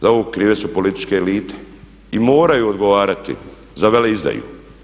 Za ovo su krive političke elite i moraju odgovarati za veleizdaju.